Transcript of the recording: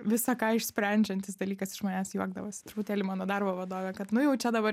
visa ką išsprendžiantis dalykas iš manęs juokdavosi truputėlį mano darbo vadovė kad nu jau čia dabar